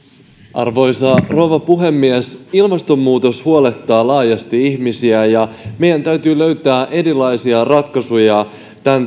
arvoisa rouva puhemies ilmastonmuutos huolettaa laajasti ihmisiä ja meidän täytyy löytää erilaisia ratkaisuja sen